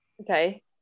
Okay